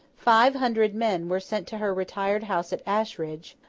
five hundred men were sent to her retired house at ashridge,